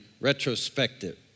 retrospective